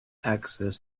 access